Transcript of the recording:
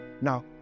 Now